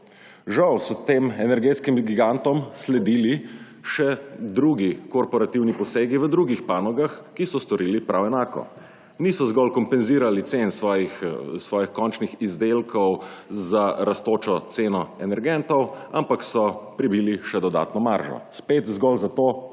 Žal so tem energetskim gigantom sledili še drugi korporativni posegi v drugih panogah, ki so storili prav enako, niso zgolj kompenzirali cen svojih končnih izdelkov za rastočo ceno energentov, ampak so pribili že dodatno maržo, spet zgolj zato, ker